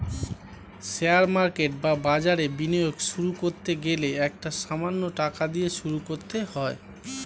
share market বা বাজারে বিনিয়োগ শুরু করতে গেলে একটা সামান্য টাকা দিয়ে শুরু করতে হয়